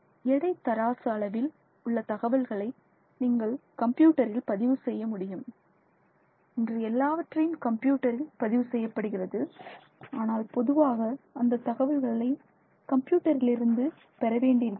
எடை தராசு அளவில் உள்ள தகவல்களை நீங்கள் கம்ப்யூட்டரில் பதிவு செய்ய முடியும் இன்று எல்லாவற்றையும் கம்ப்யூட்டரில் பதிவு செய்யப்படுகிறது ஆனால் பொதுவாக அந்த தகவல்களை கம்ப்யூட்டரிலிருந்து பெற வேண்டி இருக்கிறது